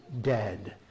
dead